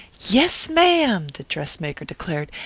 yes, ma'am, the dress-maker declared.